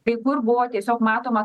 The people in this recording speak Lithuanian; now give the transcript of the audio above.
kai kur buvo tiesiog matoma